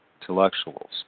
intellectuals